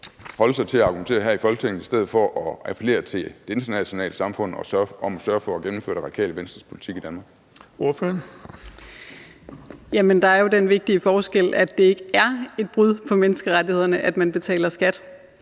holde sig til at argumentere her i Folketinget i stedet for at appellere til det internationale samfund om at sørge for at gennemføre Det Radikale Venstres politik i Danmark. Kl. 21:39 Den fg. formand (Erling Bonnesen): Ordføreren.